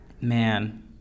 Man